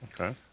Okay